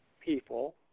people